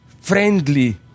friendly